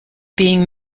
being